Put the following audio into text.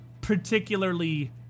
particularly